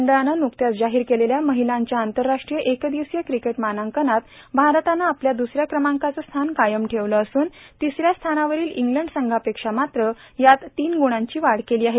आंतरराष्ट्रीय क्रिकेट मंडळानं न्रकतच जाहीर केलेल्या महिलांच्या आंतरराष्ट्रीय एक दिवस क्रिकेट मानांकनात भारतानं आपलं द्रसऱ्या क्रमांकाचं स्थान कायम ठेवलं असून तिसऱ्या स्थानावरील इंग्लंड संघापेक्षा मात्र यात तीन गुणांनी वाढ केली आहे